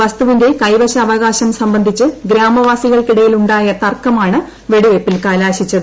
വസ്തുവിന്റെ കൈവശാവകാശം സംബന്ധിച്ച് ഗ്രാമവാസികൾക്കിടയിൽ ഉണ്ടായ തർക്കമാണ് വെടിവയ്പ്പിൽ കലാശിച്ചത്